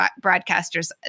broadcasters